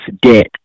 debt